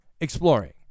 exploring